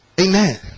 Amen